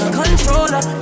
controller